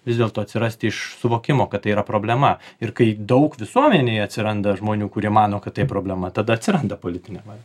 vis dėlto atsirasti iš suvokimo kad tai yra problema ir kai daug visuomenėj atsiranda žmonių kurie mano kad tai problema tada atsiranda politinė va